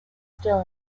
still